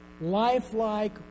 lifelike